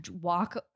walk